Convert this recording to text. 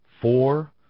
four